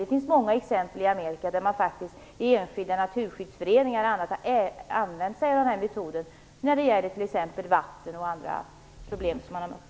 Det finns många exempel i Amerika där man i enskilda naturskyddsföreningar och liknande har använt sig av den här metoden när det gäller vatten och andra problem som man har mött.